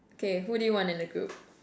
okay who do you want in the group